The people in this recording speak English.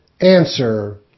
Answer